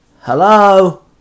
Hello